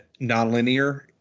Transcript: nonlinear